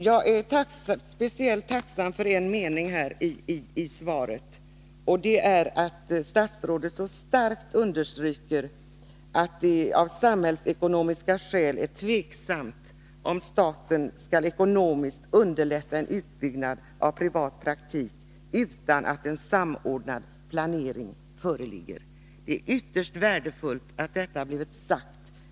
Jag är speciellt tacksam för den del av svaret där statsrådet så starkt understryker att det av samhällsekonomiska skäl är tvivelaktigt om staten ekonomiskt skall underlätta en utbyggnad av privatpraktiker utan att en samordnad planering föreligger. Det är ytterst värdefullt att detta har blivit sagt.